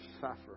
suffer